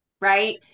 right